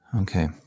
Okay